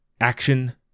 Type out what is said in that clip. Action